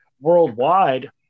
worldwide